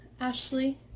Ashley